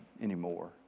Anymore